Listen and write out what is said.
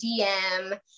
DM